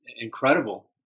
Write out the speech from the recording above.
incredible